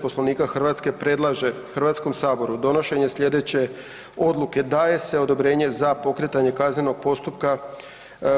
Poslovnika Hrvatske predlaže HS-u donošenje sljedeće odluke: Daje se odobrenje za pokretanje kaznenog postupka